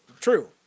true